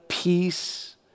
peace